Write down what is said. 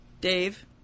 Dave